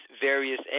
various